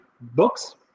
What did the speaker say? books